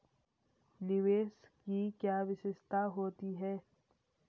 निवेश की क्या विशेषता होती है?